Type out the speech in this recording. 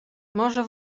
może